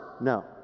No